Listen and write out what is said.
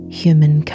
human